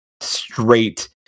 straight –